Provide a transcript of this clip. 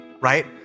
right